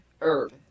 herb